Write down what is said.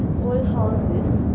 old house is